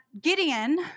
Gideon